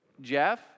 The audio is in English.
Jeff